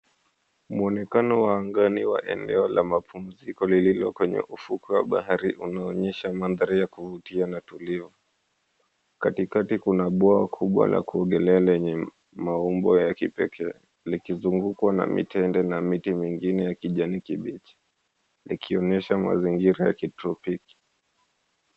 Muonekano wa angani wa eneo la mapumziko lililo kwenye ufukwe wa bahari unaonyesha mandhari ya kuvutia na tulivu. Katikati kuna bwawa kubwa la kuogelea lenye maumbo ya kipekee, likizungukwa na mitanda na miti mingine ya kijani kibichi, likionyesha mazingira ya kitropiki.